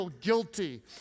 Guilty